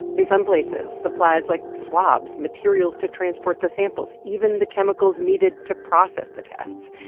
in some places, supplies like swabs, materials to transport the samples, even the chemicals needed to process the tests,